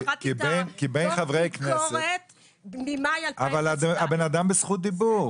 קראתי את דוח הביקורת ממאי --- אבל הבן אדם בזכות דיבור.